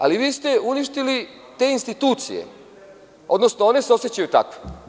Ali, vi ste uništili te institucije, odnosno one se osećaju takve.